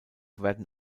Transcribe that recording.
wurden